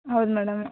ಹೌದು ಮೇಡಮ್